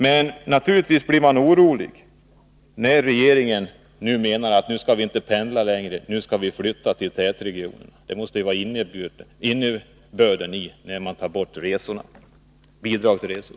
Men naturligtvis blir man orolig när regeringen nu anser att vi inte längre skall pendla utan flytta till tätregionerna — det måste ju vara innebörden när man tar bort bidragen till resor!